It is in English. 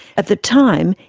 at the time,